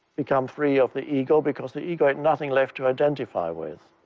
become free of the ego because the ego had nothing left to identify with.